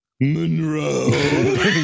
Monroe